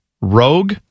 rogue